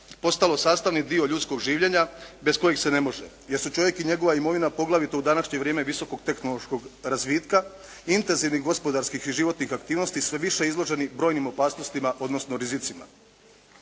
postalo sastavni dio ljudskog življenja bez kojeg se ne može, gdje su čovjek i njegova imovina poglavito u današnje vrijeme visokog tehnološkog razvitka i intenzivnih gospodarskih i životnih aktivnosti sve više izloženi brojnim opasnostima odnosno rizicima.